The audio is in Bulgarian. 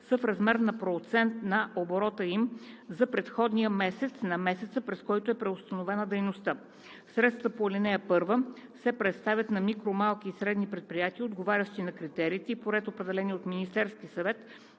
са в размер на процент на оборота им за предходния месец на месеца, през който е преустановена дейността. (2) Средствата по ал. 1 се предоставят на микро-, малки и средни предприятия, отговарящи на критерии и по ред, определени от Министерския съвет